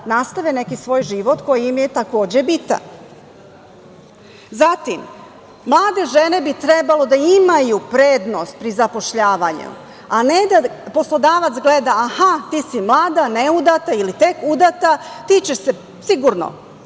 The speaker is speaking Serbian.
nastave neki svoj život koji im je takođe bitan. Mlade žene bi trebalo da imaju prednost pri zapošljavanju, a ne da poslodavac gleda, aha, ti si mlada, neudata ili tek udata, ti ćeš biti